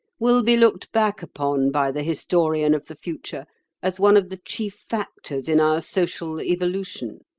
will be looked back upon by the historian of the future as one of the chief factors in our social evolution.